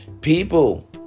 People